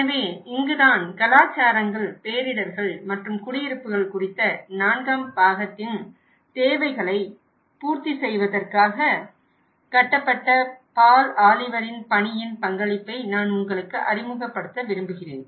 எனவே இங்குதான் கலாச்சாரங்கள் பேரிடர்கள் மற்றும் குடியிருப்புகள் குறித்த நான்காம் பாகத்தின் தேவைகளைப் பூர்த்தி செய்வதற்காக கட்டப்பட்ட பால் ஆலிவரின் பணியின் பங்களிப்பை நான் உங்களுக்கு அறிமுகப்படுத்த விரும்புகிறேன்